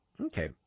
Okay